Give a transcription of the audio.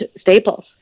staples